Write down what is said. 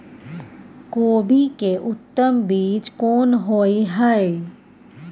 कोबी के उत्तम बीज कोन होय है?